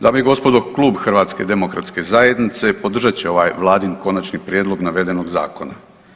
Dame i gospodo, klub HDZ-a podržat će ovaj Vladin konačni prijedlog navedenog zakona.